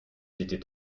étaient